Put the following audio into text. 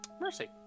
Mercy